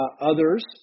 Others